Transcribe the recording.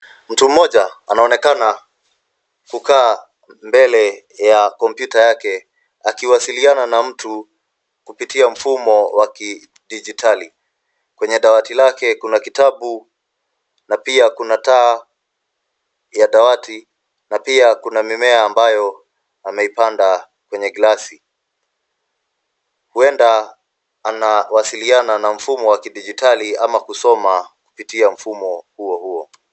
Mtu moja anaonekana kukaa mbele ya kompyuta yake akiwasiliana na mtu kupitia mfumo wa kidijitali. Kwenye dawati lake kuna kitabu, na pia kuna taa ya dawati na pia kuna mimea ambayo ameipanda kwenye glasi. Huenda anawasiliana na mfumo wa kidijitali ama kusoma kupitia mfumo huo huo.